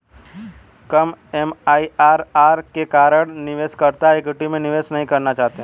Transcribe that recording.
कम MIRR के कारण निवेशकर्ता इक्विटी में निवेश नहीं करना चाहते हैं